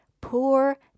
poor